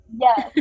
Yes